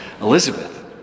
Elizabeth